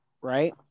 right